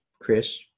Chris